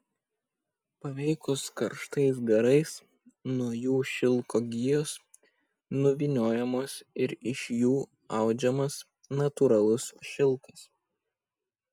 paveikus karštais garais nuo jų šilko gijos nuvyniojamos ir iš jų audžiamas natūralus šilkas